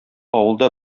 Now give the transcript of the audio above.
авылда